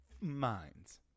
minds